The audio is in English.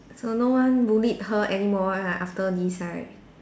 so no one bullied her anymore ah after this right